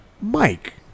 Mike